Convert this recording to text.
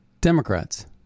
Democrats